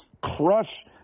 crush